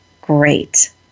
great